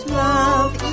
love